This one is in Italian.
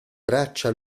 braccia